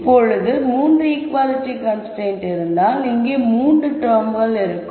இப்போது மூன்று equality constraint இருந்தால் இங்கே மூன்று டெர்ம்கள் இருக்கும்